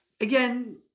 again